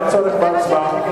אין צורך בהצבעה.